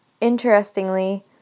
Interestingly